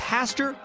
Pastor